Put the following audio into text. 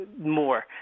more